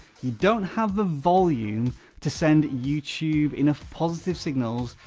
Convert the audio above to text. you don't have the volume to send youtube enough positive signals,